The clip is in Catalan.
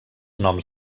noms